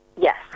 Yes